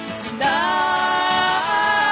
tonight